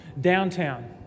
Downtown